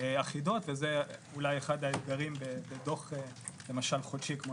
אחידות וזה אולי אחד האתגרים בדו"ח חודשי כמו